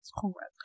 congrats